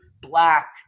Black